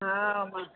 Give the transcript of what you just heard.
हा मां